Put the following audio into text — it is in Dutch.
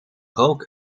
rook